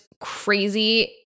crazy